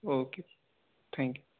okay thank you